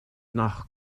nach